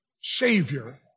Savior